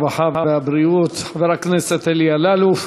הרווחה והבריאות חבר הכנסת אלי אלאלוף.